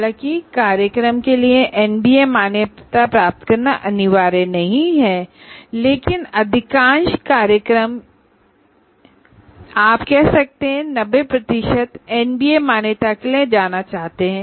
हालांकि कार्यक्रम के लिए एनबीए एक्रेडिटेशन प्राप्त करना अनिवार्य नहीं है लेकिन अधिकांश कार्यक्रम आप कह सकते हैं कि नब्बे प्रतिशत एनबीए एक्रेडिटेशन के लिए जाना चाहते हैं